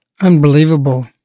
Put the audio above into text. unbelievable